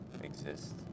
exist